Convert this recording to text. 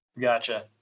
Gotcha